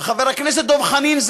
וחבר הכנסת דב חנין,